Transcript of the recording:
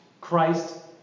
Christ